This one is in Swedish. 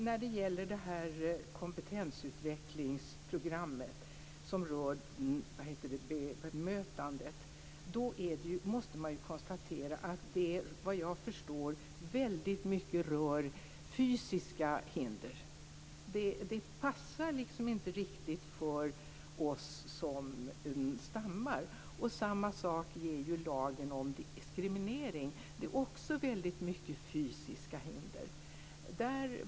När det gäller det kompetensutvecklingsprogram som rör bemötandet måste det konstateras att det, såvitt jag förstår, väldigt mycket rör fysiska hinder. Det passar liksom inte riktigt för oss som stammar. På samma sätt är det med lagen om diskriminering. Där är det också väldigt mycket fråga om fysiska hinder.